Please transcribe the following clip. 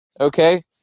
Okay